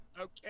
Okay